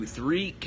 Three